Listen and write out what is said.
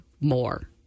more